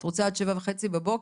את רוצה עד 7:30 בבוקר,